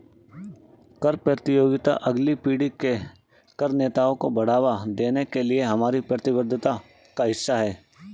कर प्रतियोगिता अगली पीढ़ी के कर नेताओं को बढ़ावा देने के लिए हमारी प्रतिबद्धता का हिस्सा है